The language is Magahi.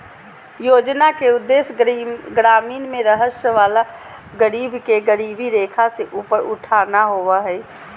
योजना के उदेश्य ग्रामीण में रहय वला गरीब के गरीबी रेखा से ऊपर उठाना होबो हइ